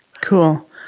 Cool